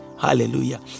Hallelujah